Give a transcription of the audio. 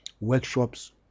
workshops